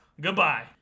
Goodbye